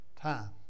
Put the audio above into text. time